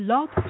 Log